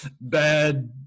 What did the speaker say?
bad